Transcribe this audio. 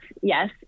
Yes